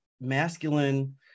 masculine